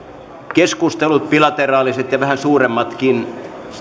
keskustelut bilateraaliset ja vähän suuremmatkin